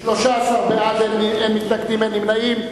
13 בעד, אין מתנגדים ואין נמנעים.